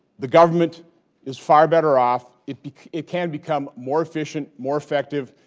the government is far better off. it it can become more efficient, more effective,